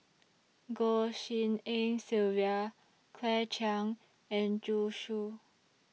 Goh Tshin En Sylvia Claire Chiang and Zhu Xu